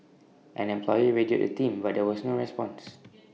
an employee radioed the team but there was no response